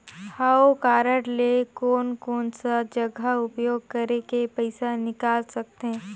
हव कारड ले कोन कोन सा जगह उपयोग करेके पइसा निकाल सकथे?